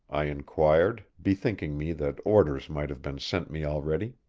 i inquired, bethinking me that orders might have been sent me already.